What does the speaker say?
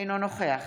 אינו נוכח